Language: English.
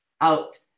out